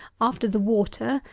after the water,